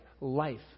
life